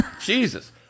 Jesus